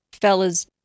fella's